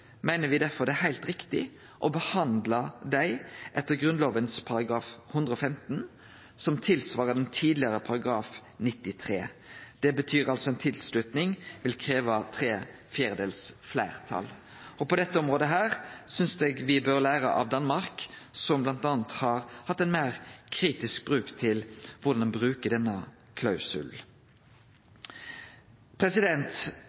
meiner me derfor det er heilt riktig å behandle dei etter Grunnlova § 115, som tilsvarer den tidlegare § 93. Det betyr altså at ei tilslutning vil krevje tre fjerdedels fleirtal. På dette området synest eg me bør lære av Danmark, som m.a. har hatt ei meir kritisk haldning til korleis ein bruker denne